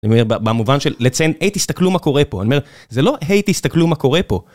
במובן של לציין, היי תסתכלו מה קורה פה, זה לא היי תסתכלו מה קורה פה.